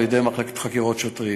על-ידי המחלקה לחקירות שוטרים.